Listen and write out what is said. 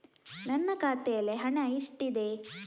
ನನ್ನ ಖಾತೆಯಲ್ಲಿ ಹಣ ಎಷ್ಟಿದೆ?